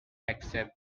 accept